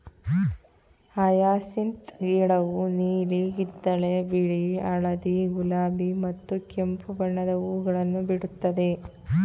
hyacinth ಗಿಡವು ನೀಲಿ, ಕಿತ್ತಳೆ, ಬಿಳಿ, ಹಳದಿ, ಗುಲಾಬಿ ಮತ್ತು ಕೆಂಪು ಬಣ್ಣದ ಹೂಗಳನ್ನು ಬಿಡುತ್ತದೆ